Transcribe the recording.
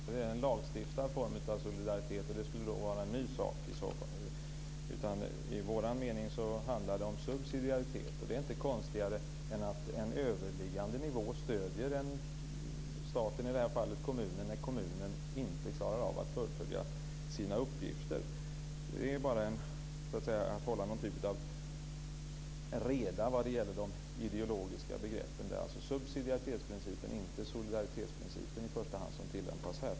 Fru talman! Jag vänder mig mot att använda begreppet att lagstifta om någon form av solidaritet. Det skulle vara en ny sak i så fall. I vår mening handlar det om subsidiaritet. Det är inte konstigare än att en överliggande nivå, i det här fallet staten, stöder kommunen när kommunen inte klarar av att fullfölja sina uppgifter. Det gäller att hålla någon typ av reda på de ideologiska begreppen. Det är alltså subsidiaritetsprincipen, inte solidaritetsprincipen, i första hand som tillämpas.